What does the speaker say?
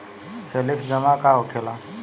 Flexi जमा का होखेला?